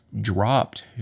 dropped